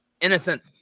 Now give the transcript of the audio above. innocent